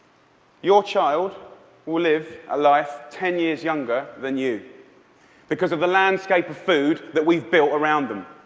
your child will live a life ten years younger than you because of the landscape of food that we've built around them.